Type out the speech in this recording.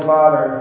Father